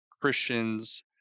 Christians